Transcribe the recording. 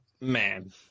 Man